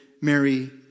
Mary